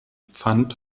pfand